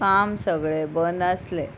काम सगळें बंद आसलें